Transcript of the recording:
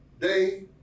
day